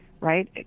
right